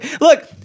look